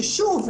ששוב,